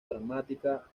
dramática